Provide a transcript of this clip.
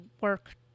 work